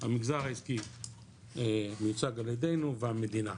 המגזר העסקי מיוצג על ידינו והמדינה.